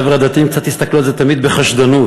החבר'ה הדתיים קצת הסתכלו על זה תמיד בחשדנות.